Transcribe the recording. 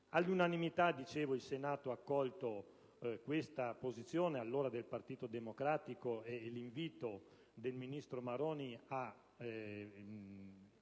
All'unanimità il Senato ha accolto questa posizione, allora del Partito Democratico, e l'invito del ministro Maroni a